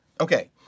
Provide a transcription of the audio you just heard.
Okay